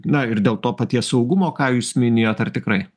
na ir dėl to paties saugumo ką jūs minėjot ar tikrai